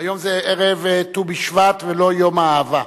היום זה ערב ט"ו בשבט ולא יום האהבה.